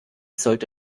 sollte